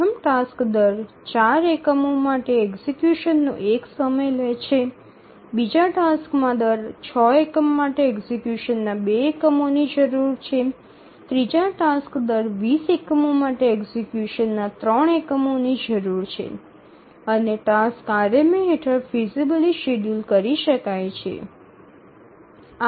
પ્રથમ ટાસ્ક દર ૪ એકમો માટે એક્ઝિકયુશનનો ૧ એકમ લે છે બીજા ટાસ્કમાં દર ૬ એકમ માટે એક્ઝિકયુશનના ૨ એકમોની જરૂર છે ત્રીજા ટાસ્કમાં દર ૨0 એકમો માટે એક્ઝિકયુશનના 3 એકમોની જરૂર છે અને ટાસ્ક આરએમએ હેઠળ ફિઝિબલી શેડ્યૂલ કરી શકાય છે